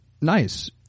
Nice